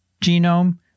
genome